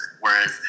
whereas